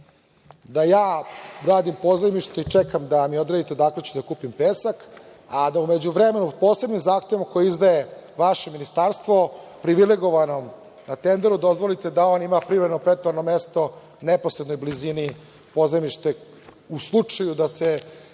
da ja radim i čekam da mi odredite datum kada ću da kupim pesak, a da u međuvremenu posebnim zahtevom koje izdaje vaše ministarstvo privilegovanom tenderu dozvolite da on ima privremeno pritovarno mesto u neposrednoj blizini, u slučaju da se